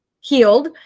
healed